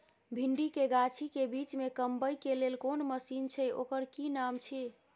भिंडी के गाछी के बीच में कमबै के लेल कोन मसीन छै ओकर कि नाम छी?